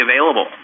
available